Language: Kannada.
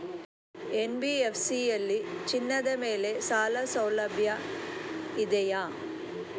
ಎನ್.ಬಿ.ಎಫ್.ಸಿ ಯಲ್ಲಿ ಚಿನ್ನದ ಮೇಲೆ ಸಾಲಸೌಲಭ್ಯ ಇದೆಯಾ?